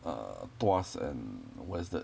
err tuas and where is that